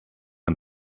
and